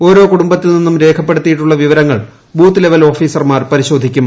ഓരോ കുടുംബത്തിൽ നിന്നും രേഖപ്പെടുത്തിയിട്ടുള്ള വിവരങ്ങൾ ബൂത്ത് ലെവൽ ഓഫീസർമാർ പരിശോധിക്കും